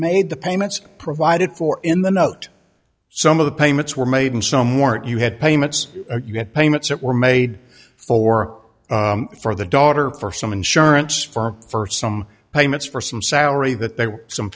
made the payments provided for in the note some of the payments were made and some weren't you had payments you got payments that were made for for the daughter for some insurance firm for some payments for some salary